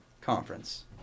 conference